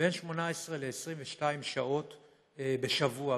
בין 18 ל-22 שעות בשבוע.